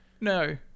no